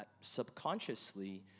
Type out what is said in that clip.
subconsciously